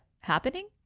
happening